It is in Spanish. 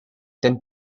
ten